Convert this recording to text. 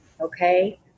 Okay